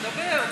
דבר, נו.